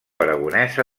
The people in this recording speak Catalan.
aragonesa